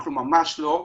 אנחנו ממש לא.